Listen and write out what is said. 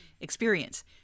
experience